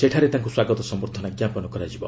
ସେଠାରେ ତାଙ୍କୁ ସ୍ୱାଗତ ସମ୍ଭର୍ଦ୍ଧନା ଜ୍ଞାପନ କରାଯିବ